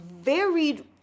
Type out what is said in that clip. varied